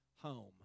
home